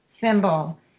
symbol